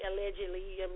allegedly